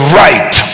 right